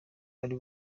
ari